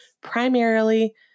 primarily